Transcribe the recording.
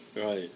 Right